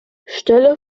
stelle